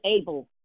able